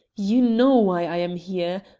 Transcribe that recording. you know why i am here.